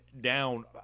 down